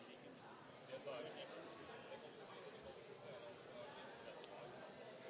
ingen